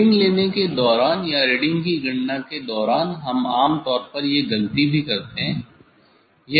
reading लेने के दौरान या रीडिंग की गणना के दौरान हम आमतौर पर ये गलती भी करते हैं